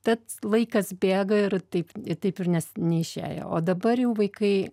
tad laikas bėga ir taip ir taip ir nes neišėjo o dabar jau vaikai